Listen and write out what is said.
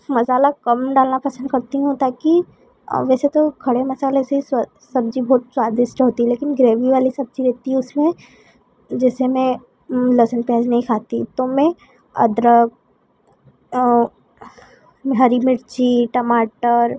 मसाला कम डालना पसंद करती हूँ ताकि वैसे तो खड़े मसाले सब्जी बहुत स्वादिष्ट होती लेकिन ग्रेवी वाली सब्जी रहती है उसमें जैसे मैं लेहसुन प्याज नहीं खाती तो मैं अदरक हरी मिर्ची टमाटर